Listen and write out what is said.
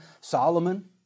Solomon